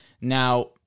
Now